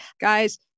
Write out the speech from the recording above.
guys